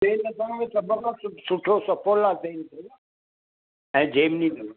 तेल त तव्हां खे सभु खां सुठो सफोला तेलु अथव ऐं जेमिनी अथव